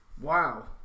Wow